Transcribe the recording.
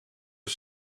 een